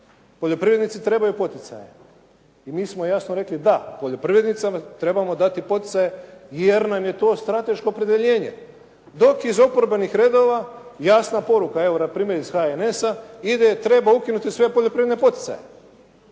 poljoprivrednici trebaju poticaje i mi smo jasno rekli da, poljoprivrednicima trebamo dati poticaje jer nam je to strateško opredjeljenje. Dok iz oporbenih redova jasna poruka, evo npr. iz HNS-a ide treba ukinuti sve poljoprivredne poticaje.